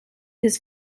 his